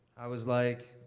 i was like.